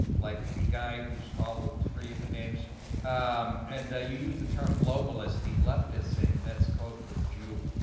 like the guy who's called with free of her names and you use the term global as the leftists say that's code for jew